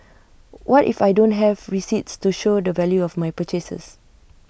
what if I don't have receipts to show the value of my purchases